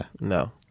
no